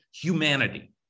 humanity